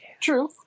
True